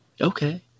okay